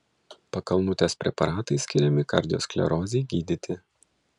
pakalnutės preparatai skiriami kardiosklerozei gydyti